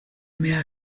mehr